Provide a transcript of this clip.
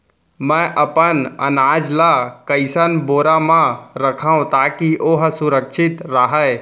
मैं अपन अनाज ला कइसन बोरा म रखव ताकी ओहा सुरक्षित राहय?